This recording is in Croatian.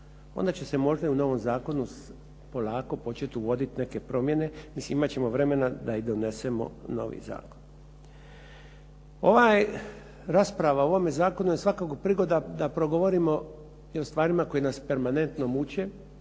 onda će se možda i u novom zakonu polako počet uvodit neke promjene. Mislim imat ćemo vremena da i donesemo novi zakon. Ova rasprava o ovome zakonu je svakako prigoda da progovorimo i o stvarima koje nas permanentno muče,